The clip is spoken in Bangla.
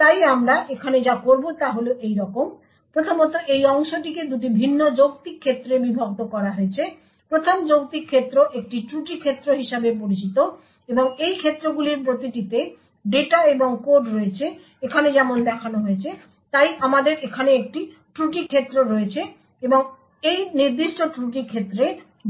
তাই আমরা এখানে যা করব তা হল এইরকম প্রথমত এই অংশটিকে দুটি ভিন্ন যৌক্তিক ক্ষেত্রে বিভক্ত করা হয়েছে প্রতিটি যৌক্তিক ক্ষেত্র একটি ত্রুটি ক্ষেত্র হিসাবে পরিচিত এবং এই ক্ষেত্রগুলির প্রতিটিতে ডেটা এবং কোড রয়েছে এখানে যেমন দেখানো হয়েছে তাই আমাদের এখানে একটি ত্রুটি ক্ষেত্র রয়েছে এবং এই নির্দিষ্ট ত্রুটি ক্ষেত্রে